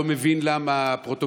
לא מבין למה,